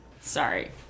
Sorry